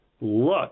look